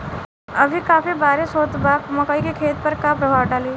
अभी काफी बरिस होत बा मकई के खेत पर का प्रभाव डालि?